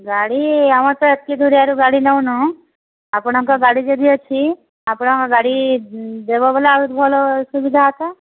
ଗାଡ଼ି ଆମେ ତ ଏତିକି ଦୂରିଆରୁ ଗାଡ଼ି ନଉନୁ ଆପଣଙ୍କ ଗାଡ଼ି ଯଦି ଅଛି ଆପଣଙ୍କ ଗାଡ଼ି ଦେବ ବୋଲେ ଆହୁରି ଭଲ ସୁବିଧା ଏକା